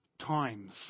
times